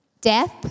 death